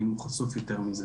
האם הוא חשוף יותר מזה